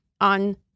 on